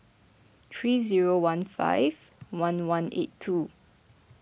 three zero one five one one eight two